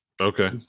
okay